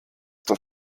das